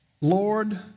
Lord